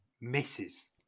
misses